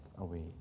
Away